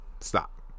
Stop